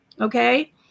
Okay